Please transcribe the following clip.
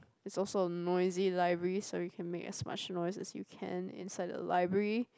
it's a noisy library so you can make as much as noise as you can inside the library